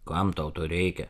kam tau to reikia